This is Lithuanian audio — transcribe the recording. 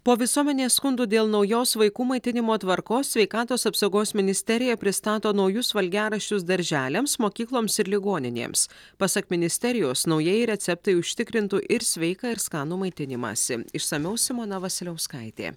po visuomenės skundų dėl naujos vaikų maitinimo tvarkos sveikatos apsaugos ministerija pristato naujus valgiaraščius darželiams mokykloms ir ligoninėms pasak ministerijos naujieji receptai užtikrintų ir sveiką ir skanų maitinimąsi išsamiau simona vasiliauskaitė